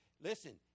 Listen